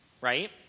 right